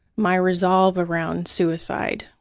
my resolve around suicide,